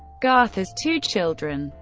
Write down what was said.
gardar's two children,